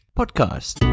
podcast